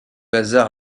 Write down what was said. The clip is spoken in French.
hasard